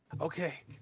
Okay